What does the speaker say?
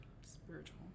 Spiritual